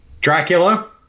Dracula